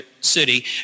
City